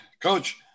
Coach